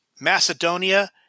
Macedonia